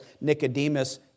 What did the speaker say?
Nicodemus